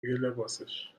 لباسش